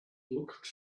looked